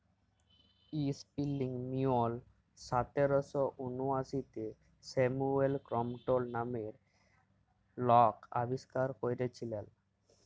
spinning mule সতের শ উনআশিতে স্যামুয়েল ক্রম্পটল লামের লক আবিষ্কার ক্যইরেছিলেল